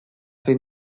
zein